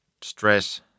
stress